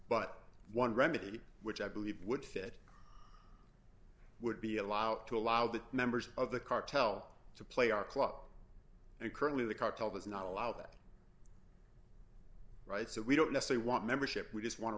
but one remedy which i believe would fit would be allowed to allow the members of the cartel to play our club and currently the cartel does not allow that right so we don't nestle want membership we just want to